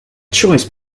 choice